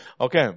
Okay